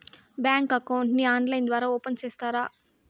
Bank account ని online ద్వారా open సేస్తారా?